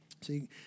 See